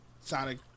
Sonic